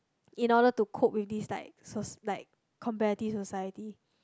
in order to cope with this like soc~ like competitive society